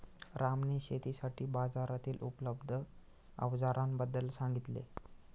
रामने शेतीसाठी बाजारातील उपलब्ध अवजारांबद्दल सांगितले